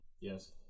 Yes